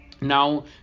Now